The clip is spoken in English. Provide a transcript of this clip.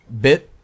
bit